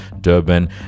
Durban